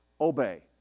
obey